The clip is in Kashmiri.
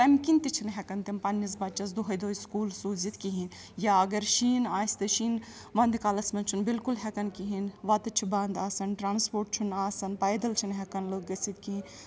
تَمہِ کِنۍ تہِ چھِنہٕ ہٮ۪کَان تِم پَننِس بَچَس دۄہَے دۄہے سکوٗل سوٗزِتھ کِہیٖنۍ یا اگر شیٖن آسہِ تہٕ شیٖن وَندٕ کالَس منٛز چھُنہٕ بِلکُل ہٮ۪کَن کِہیٖنۍ وَتہٕ چھُ بنٛد آسَان ٹرانسپوٹ چھُنہٕ آسَان پیدَل چھِنہٕ ہٮ۪کان لٔکھ گٔژھِتھ کِہیٖنۍ